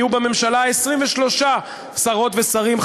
יהיו בממשלה 23 שרות ושרים,